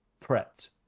prepped